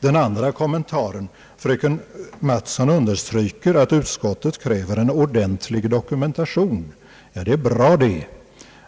Den andra kommentaren: Fröken Mattson understryker att utskottet kräver en ordentlig dokumentation. Det är bra det.